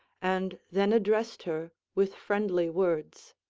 and then addressed her with friendly words